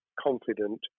confident